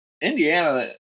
Indiana